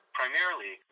primarily